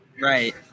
Right